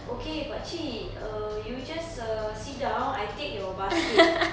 okay pak cik err you just err sit down I take your basket